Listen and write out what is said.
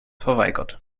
verweigert